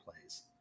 plays